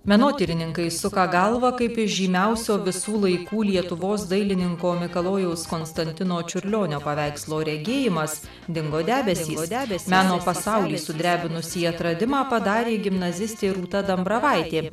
menotyrininkai suka galvą kaip iš žymiausio visų laikų lietuvos dailininko mikalojaus konstantino čiurlionio paveikslo regėjimas dingo debesys meno pasaulį sudrebinusį atradimą padarė gimnazistė rūta dambravaitė